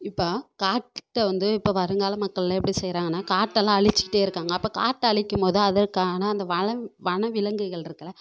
இப்போ காட்டை வந்து இப்போ வருங்கால மக்களெலாம் எப்படி செய்கிறாங்கன்னா காட்டெல்லாம் அழிச்சுட்டே இருக்காங்க அப்போ காட்டை அழிக்கும் போது அதற்கான அந்த வன வன விலங்குகள் இருக்குல்லை